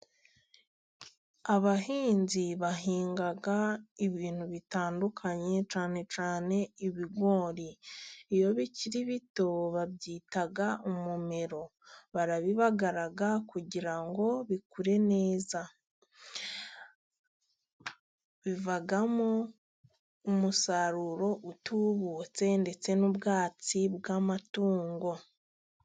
Abahinzi bahinga ibintu bitandukanye cyane cyane ibigori. Iyo bikiri bito babyita umumero. Barabibagara kugira ngo bikure neza. Bivamo umusaruro utubutse ndetse n'ubwatsi bw'amatungo.